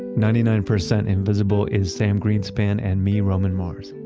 ninety nine percent invisible is sam greenspan and me, roman mars.